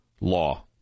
law